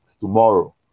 tomorrow